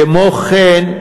כמו כן,